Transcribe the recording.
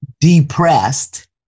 depressed